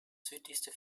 südlichste